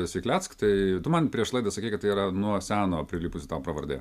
esi kleck tai tu man prieš laidą sakei kad tai yra nuo seno prilipusi tau pravardė